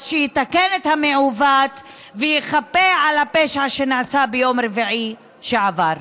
אז שיתקן את המעוות ויכפר על הפשע שנעשה ביום רביעי שעבר.